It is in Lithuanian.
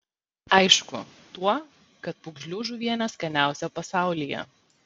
aišku tuo kad pūgžlių žuvienė skaniausia pasaulyje